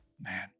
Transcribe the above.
Man